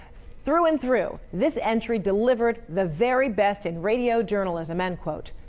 through and through this entry delivered the very best in radio journalism end quote.